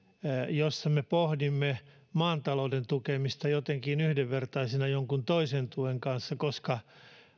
jossa me pohdimme maatalouden tukemista jotenkin yhdenvertaisena jonkun toisen tuen kanssa koska